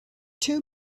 two